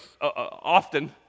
often